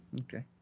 okay